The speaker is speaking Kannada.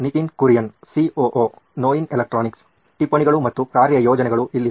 ನಿತಿನ್ ಕುರಿಯನ್ ಸಿಒಒ ನೋಯಿನ್ ಎಲೆಕ್ಟ್ರಾನಿಕ್ಸ್ ಟಿಪ್ಪಣಿಗಳು ಮತ್ತು ಕಾರ್ಯಯೋಜನೆಗಳು ಇಲ್ಲಿದೆ